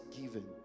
given